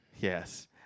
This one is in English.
Yes